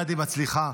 היא מצליחה